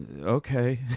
Okay